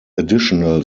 additional